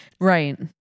Right